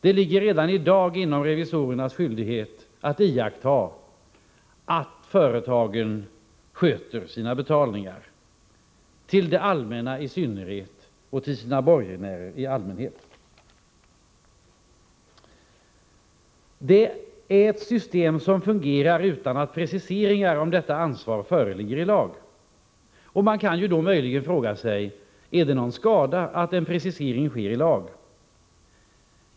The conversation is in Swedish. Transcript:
Det ligger redan i dag inom revisorernas skyldighet att iaktta att företagen sköter sina betalningar -— till det allmänna i synnerhet och till sina borgenärer i allmänhet. Detta är ett system som fungerar utan att preciseringar av detta ansvar föreligger i lag. Man kan möjligen fråga sig: Innebär det någon skada att en precisering sker i lag?